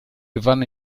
gewann